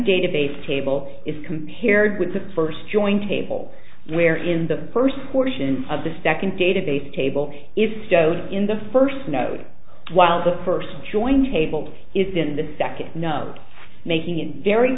database table is compared with the first join table where in the first portion of the second database table if showed in the first note while the first join table is in the second no making it very